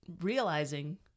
realizing